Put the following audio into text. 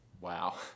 Wow